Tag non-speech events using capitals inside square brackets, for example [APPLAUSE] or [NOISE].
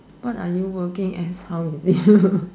what are you working as how you feel [LAUGHS]